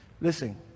Listen